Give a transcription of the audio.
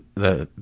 the